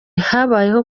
habayeho